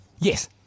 Yes